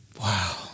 Wow